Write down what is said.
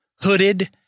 hooded